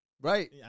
Right